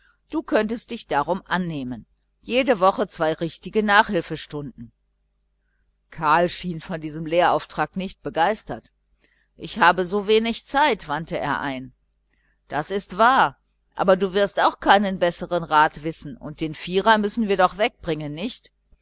du könntest dich darum annehmen jede woche zwei richtige nachhilfstunden karl schien von diesem lehrauftrag nicht begeistert ich habe so wenig zeit wandte er ein das ist wahr aber du wirst auch keinen bessern rat wissen und den vierer müssen wir doch wegbringen nicht